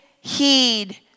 heed